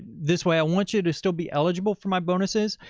this way i want you to still be eligible for my bonuses,